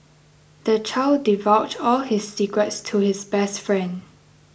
the child divulged all his secrets to his best friend